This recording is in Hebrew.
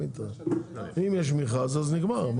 אם יש מכרז אז נגמר.